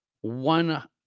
one